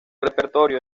repertorio